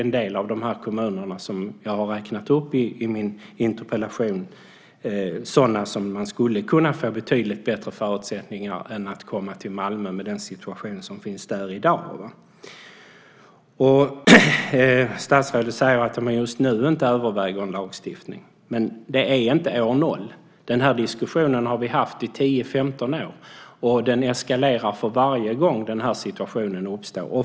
En del av de kommuner som jag har räknat upp i min interpellation är sådana som skulle kunna erbjuda betydligt bättre förutsättningar än Malmö med den situation som finns där i dag. Statsrådet säger att han inte just nu överväger en lagstiftning. Men det är inte år 0. Vi har haft den här diskussionen i 10-15 år, och den eskalerar för varje gång den här situationen uppstår.